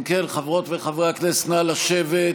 אם כן, חברות וחברי הכנסת, נא לשבת.